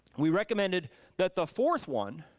we recommended that the fourth one,